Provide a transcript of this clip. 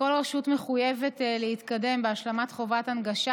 כל רשות מחויבת להתקדם בהשלמת חובת ההנגשה